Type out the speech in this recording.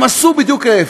הם עשו בדיוק להפך: